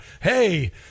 Hey